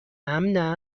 امن